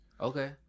Okay